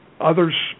Others